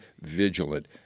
vigilant